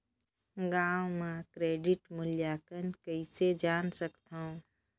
गांव म क्रेडिट मूल्यांकन कइसे जान सकथव?